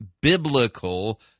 biblical